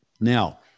Now